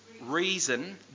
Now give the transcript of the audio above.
reason